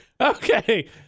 Okay